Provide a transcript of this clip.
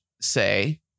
say